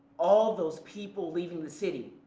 all those people leaving the city,